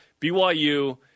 BYU